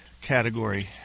category